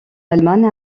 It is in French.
allemagne